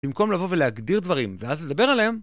במקום לבוא ולהגדיר דברים ואז לדבר עליהם